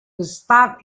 gustave